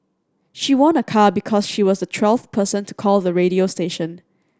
she won a car because she was the twelfth person to call the radio station